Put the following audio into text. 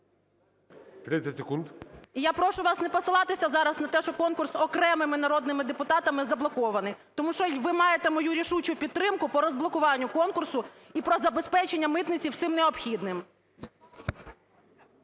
Т.Г. І я прошу вас не посилатися зараз на те, що конкурс окремими народними депутатами заблокований. Тому що ви маєте мою рішучу підтримку по розблокуванню конкурсу і про забезпечення митниці всім необхідним.